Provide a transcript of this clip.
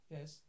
Yes